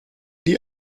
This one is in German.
die